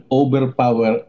overpower